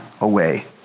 away